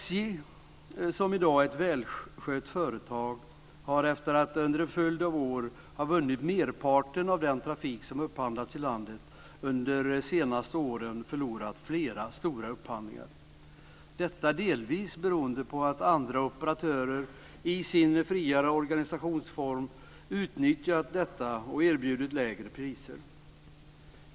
SJ, som i dag är ett välskött företag, har efter att under en följd av år ha vunnit merparten av den trafik som upphandlats i landet under det senaste året förlorat flera stora upphandlingar, detta delvis beroende på att andra operatörer i sin friare organisationsform utnyttjat detta och erbjudit lägre priser.